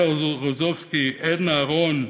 אלה רוזנקוביץ, עדנה רון,